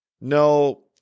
no